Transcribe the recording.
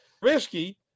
risky